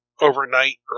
overnight